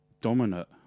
dominant